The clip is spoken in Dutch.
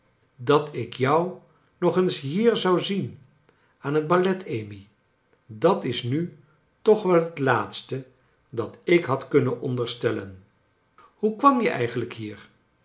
dat ik jou nog eens hier zou zien aan het ballet amy dat is nu toch wel het laatste dat ik had kunnen onderstellen hoe kwam je eigenlijk hier